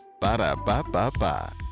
Ba-da-ba-ba-ba